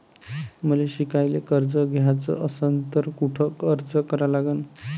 मले शिकायले कर्ज घ्याच असन तर कुठ अर्ज करा लागन?